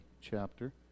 chapter